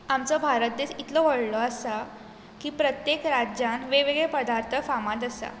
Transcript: आमचो भारत देश इतलो व्हडलो आसा की प्रत्येक राज्यांत वेगवेगळे पदार्थ फामाद आसात